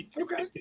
Okay